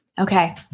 Okay